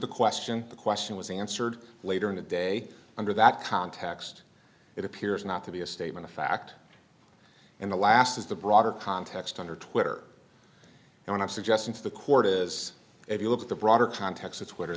the question the question was answered later in the day under that context it appears not to be a statement of fact and the last is the broader context under twitter and i'm suggesting to the court is if you look at the broader context